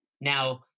Now